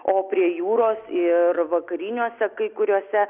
o prie jūros ir vakariniuose kai kuriuose